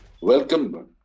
Welcome